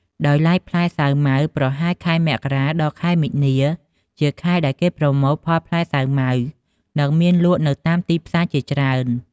ដោយឡែកផ្លែសាវម៉ាវ ប្រហែលខែមករា ដល់ ខែមិនាជាខែដែលគេប្រមូលផលផ្លែសាវម៉ាវនិងមានលក់នៅតាមទីផ្សារជាច្រើន។